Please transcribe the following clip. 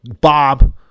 Bob